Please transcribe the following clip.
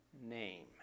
name